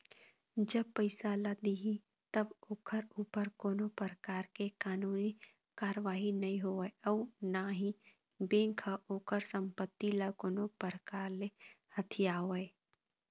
जब पइसा ल दिही तब ओखर ऊपर कोनो परकार ले कानूनी कारवाही नई होवय अउ ना ही बेंक ह ओखर संपत्ति ल कोनो परकार ले हथियावय